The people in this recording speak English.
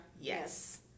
Yes